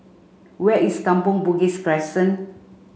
where is Kampong Bugis Crescent